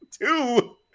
two